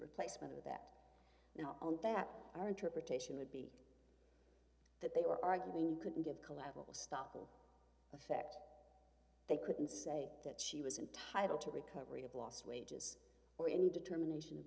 replacement of that now that our interpretation would be that they were arguing you couldn't give collateral stoppel effect they couldn't say that she was entitled to recovery of lost wages or any determination of